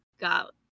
got